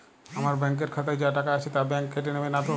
আমার ব্যাঙ্ক এর খাতায় যা টাকা আছে তা বাংক কেটে নেবে নাতো?